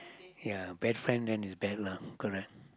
ya bad friend then you bad lah correct